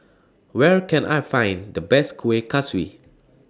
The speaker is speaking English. Where Can I Find The Best Kuih Kaswi